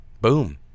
boom